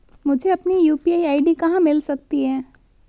मुझे अपनी UPI ID कहां मिल सकती है?